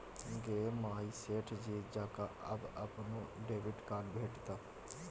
गे माय सेठ जी जकां आब अपनो डेबिट कार्ड भेटितौ